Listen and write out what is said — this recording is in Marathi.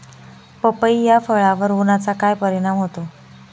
पपई या फळावर उन्हाचा काय परिणाम होतो?